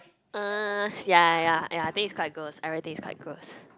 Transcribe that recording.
uh yea yea yea I think is quite gross everything is quite gross